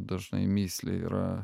dažnai mįslė yra